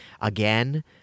Again